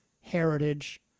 heritage